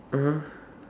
(uh huh)